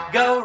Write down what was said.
go